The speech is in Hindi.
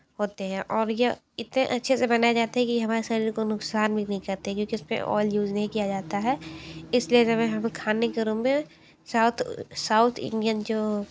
होते हैं और ये इतने अच्छे से बनाए जाते हैं कि हमारे शरीर को नुकसान भी नहीं करते क्योंकि उसमें ऑल यूज़ नहीं किया जाता है इसलिए तो मैं हमें खाने के रूम में साउथ साउथ इंडियन जो